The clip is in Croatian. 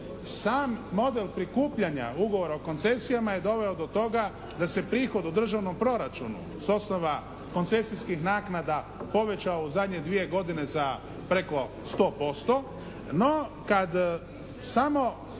sam model prikupljanja ugovora o koncesijama je doveo do toga da se prihod u državnom proračunu s osnova koncesijskih naknada povećao u zadnje dvije godine za preko 100%. No, kad samo